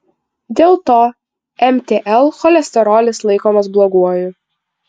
dėl to mtl cholesterolis laikomas bloguoju